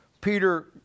Peter